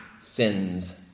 sins